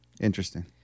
Interesting